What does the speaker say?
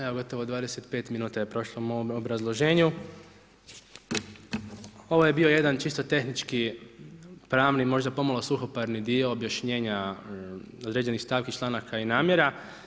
Evo gotovo 25 minuta je prošlo u mom obrazloženju, ovo je bio jedan čisto tehnički pravni pomalo suhoparni dio objašnjenja određenih stavki, članaka i namjera.